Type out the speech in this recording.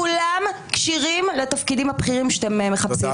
כולם כשירים לתפקידים הבכירים שאתם מחפשים,